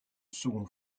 second